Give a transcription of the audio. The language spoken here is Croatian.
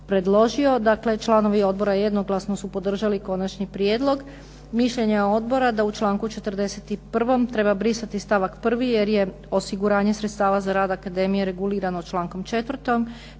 predložio. Dakle, članovi odbora jednoglasno su podržali konačni prijedlog. Mišljenje je odbora da u članku 41. treba brisati stavak 1. jer je osiguranje sredstava za rad akademije regulirano člankom 4.